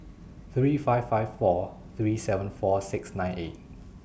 three five five four three seven four six nine eight